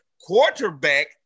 quarterback